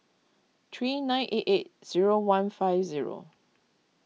three nine eight eight zero one five zero